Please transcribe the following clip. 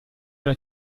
alla